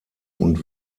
und